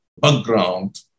background